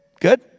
Good